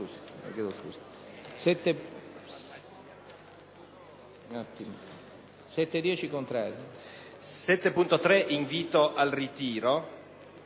un invito al ritiro